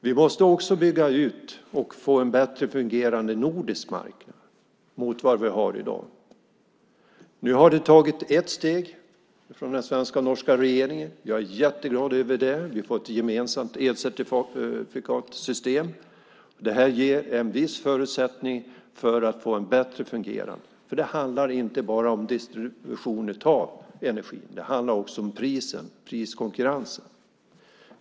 Vi måste också bygga ut och få en bättre fungerande nordisk marknad än vi i dag har. Nu har ett steg tagits av den svenska och den norska regeringen. Jag är jätteglad över det. Vi får ett gemensamt elcertifikatssystem. Det ger vissa förutsättningar för att det ska fungera bättre. Det handlar inte bara om distribution av energi utan också om priset, om priskonkurrensen.